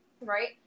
Right